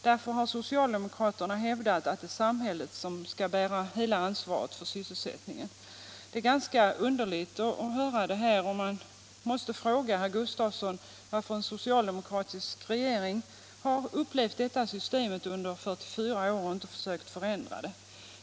Därför hävdar socialdemokraterna att det är samhället som skall gå in och bära ansvaret för sysselsättningen.” Det är ganska underligt att höra, och jag måste fråga herr Gustafsson varför en socialdemokratisk regering levt med detta system under 44 år och inte försökt förändra det.